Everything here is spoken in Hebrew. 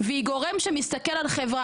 והיא גורם שמסתכל על חברה,